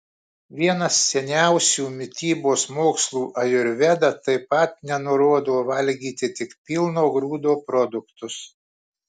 vienas seniausių mitybos mokslų ajurveda taip pat nenurodo valgyti tik pilno grūdo produktus